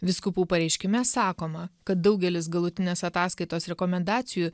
vyskupų pareiškime sakoma kad daugelis galutinės ataskaitos rekomendacijų